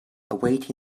awaiting